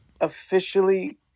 officially